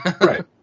Right